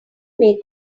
make